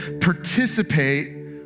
participate